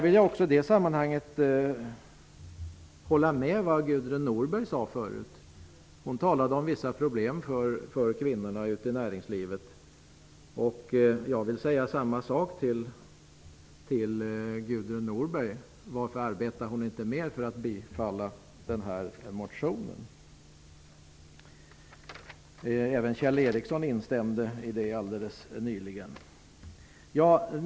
I det sammanhanget vill jag hålla med om det som Gudrun Norberg tidigare sade när hon talade om vissa problem för kvinnorna i näringslivet. Men jag vill då fråga Gudrun Norberg varför hon inte arbetade mer för att den här motionen skulle bifallas. Även Kjell Ericsson instämde i sitt anförande i att kvinnorna har sådana problem.